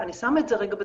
אני שמה את זה בצד,